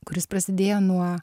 kuris prasidėjo nuo